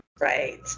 Right